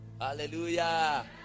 Hallelujah